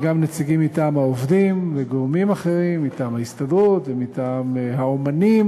וגם נציגים מטעם העובדים וגורמים אחרים מטעם ההסתדרות ומטעם האמנים,